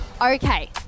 Okay